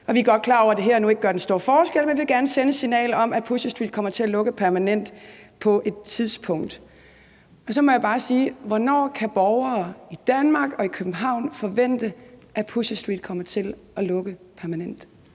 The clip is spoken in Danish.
Vi er godt klar over, at det her og nu ikke gør den helt store forskel. Men vi vil gerne sende et signal om, at Pusher Street kommer til at lukke permanent på et tidspunkt«. Så må jeg bare spørge: Hvornår kan borgere i København og i Danmark forvente, at Pusher Street kommer til at lukke permanent?